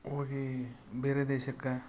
ಹೋಗಿ ಬೇರೆ ದೇಶಕ್ಕೆ